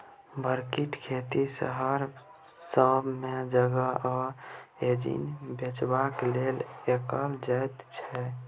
vertical खेती शहर सब मे जगह आ एनर्जी बचेबाक लेल कएल जाइत छै